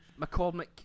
McCormick